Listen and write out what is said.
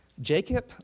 Jacob